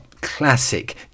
classic